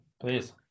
please